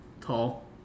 tall